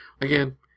again